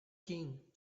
king